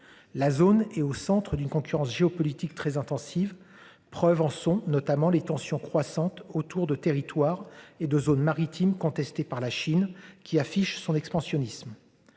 La zone est au centre d'une concurrence géopolitique très intensive. Preuve en sont notamment les tensions croissantes autour de territoire et de zone maritime contestée par la Chine, qui affiche son expansionnisme.